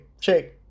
shake